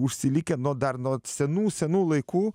užsilikę nuo dar nuo senų senų laikų